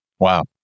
Wow